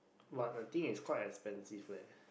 but I think it's quite expensive leh